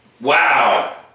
Wow